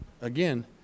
Again